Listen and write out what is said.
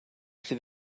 sydd